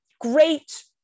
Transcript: great